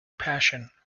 passion